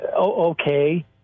okay